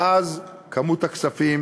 ואז כמות הכספים